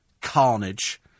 carnage